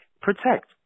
Protect